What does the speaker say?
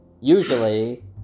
usually